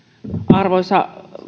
arvoisa